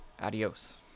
adios